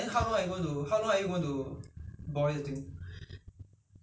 um maybe I go market to see whether I can find it you know lotus root